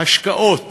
השקעות